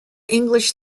english